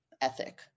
ethic